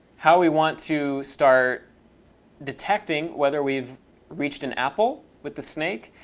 how we want to start detecting whether we've reached an apple with the snake.